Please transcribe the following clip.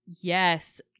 Yes